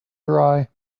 dry